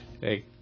Hey